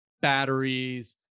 batteries